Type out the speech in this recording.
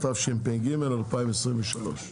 התשפ"ג-2023.